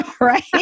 right